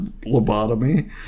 lobotomy